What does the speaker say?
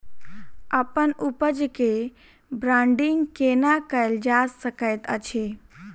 अप्पन उपज केँ ब्रांडिंग केना कैल जा सकैत अछि?